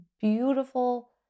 beautiful